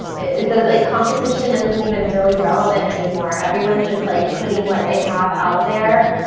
does like competition isn't even really relevant anymore. everyone's just like putting what they have out there.